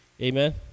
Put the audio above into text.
Amen